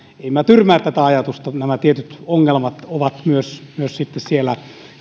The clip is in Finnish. en minä tyrmää tätä ajatusta nämä tietyt ongelmat myös myös siellä